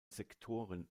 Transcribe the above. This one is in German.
sektoren